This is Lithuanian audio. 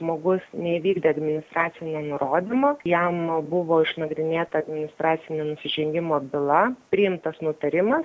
žmogus neįvykdė administracinio nurodymo jam buvo išnagrinėta administracinio nusižengimo byla priimtas nutarimas